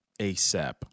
ASAP